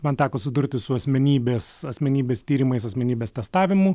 man teko sudurti su asmenybės asmenybės tyrimais asmenybės testavimu